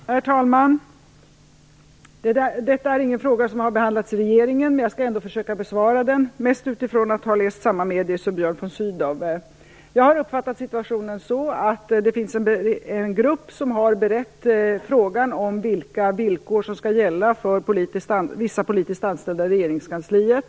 Herr talman! Det är inte en fråga som behandlats i regeringen. Jag skall ändå försöka besvara den, mest utifrån samma medier som Björn von Sydow tagit del av. Jag har uppfattat situationen så att det finns en grupp som har berett frågan om vilka villkor som skall gälla för vissa politiskt anställda i regeringskansliet.